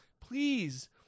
please